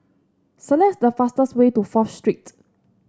select the fastest way to Fourth Street